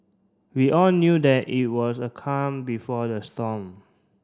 we all knew that it was a calm before the storm